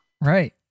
Right